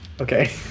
Okay